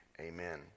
Amen